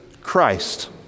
Christ